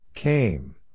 Came